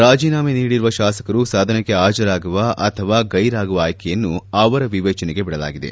ರಾಜೀನಾಮೆ ನೀಡಿರುವ ಶಾಸಕರು ಸದನಕ್ಕೆ ಹಾಜರಾಗುವ ಅಥವಾ ಗೈರಾಗುವ ಆಯ್ಲೆಯನ್ನು ಅವರ ವಿವೇಚನೆಗೆ ಬಿಡಲಾಗಿದೆ